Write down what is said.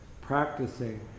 practicing